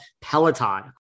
Peloton